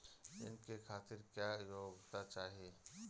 ऋण के खातिर क्या योग्यता चाहीं?